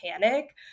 panic